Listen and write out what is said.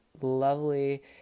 lovely